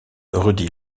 rudy